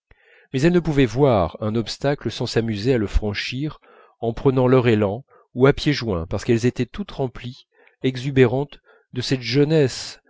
mais elles ne pouvaient voir un obstacle sans s'amuser à le franchir en prenant leur élan ou à pieds joints parce qu'elles étaient remplies exubérantes de cette jeunesse